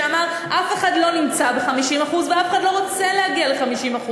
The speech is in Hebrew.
שאמר: אף אחד לא נמצא ב-50% ואף אחד לא רוצה להגיע ל-50%.